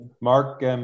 Mark